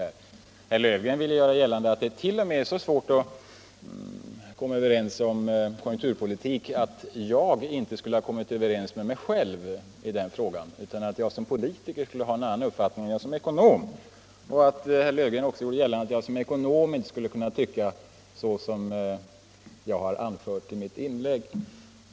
Herr Löfgren vill göra gällande att det t.o.m. är så svårt att komma överens om konjunkturpolitiken att jag inte skulle ha kommit överens med mig själv, utan att jag som politiker skulle ha en annan uppfattning än som ekonom. Herr Löfgren gjorde också gällande att jag som ekonom inte skulle kunna ha den uppfattning som jag framfört i mitt inlägg.